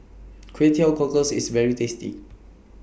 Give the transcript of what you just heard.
Kway Teow Cockles IS very tasty